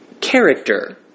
character